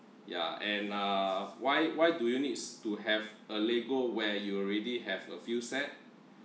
yeah and uh why why do you need to have a lego where you already have a few set